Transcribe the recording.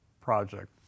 project